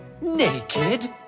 Naked